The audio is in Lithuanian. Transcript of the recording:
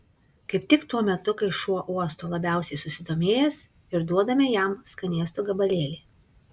kaip tik tuo metu kai šuo uosto labiausiai susidomėjęs ir duodame jam skanėsto gabalėlį